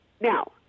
Now